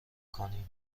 کنیم